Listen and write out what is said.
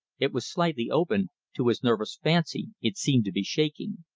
it was slightly open, to his nervous fancy it seemed to be shaking.